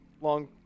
Long